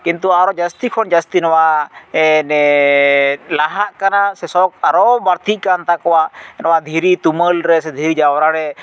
ᱠᱤᱱᱛᱩ ᱟᱨᱚ ᱡᱟᱹᱥᱛᱤ ᱠᱷᱚᱱᱟᱜ ᱡᱟᱹᱥᱛᱤ ᱱᱚᱣᱟ ᱞᱟᱦᱟᱜ ᱠᱟᱱᱟ ᱥᱮ ᱥᱚᱠᱷ ᱟᱨᱚ ᱵᱟᱹᱲᱛᱤᱜ ᱠᱟᱱ ᱛᱟᱠᱚᱣᱟ ᱱᱚᱣᱟ ᱫᱷᱤᱨᱤ ᱛᱩᱢᱟᱹᱞ ᱨᱮ ᱫᱷᱤᱨᱤ ᱡᱟᱣᱨᱟ ᱨᱮ